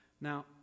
Now